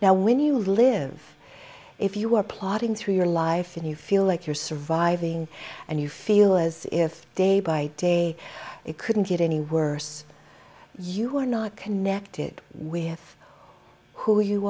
now when you live if you were plodding through your life and you feel like you're surviving and you feel as if day by day it couldn't get any worse you are not connected with who you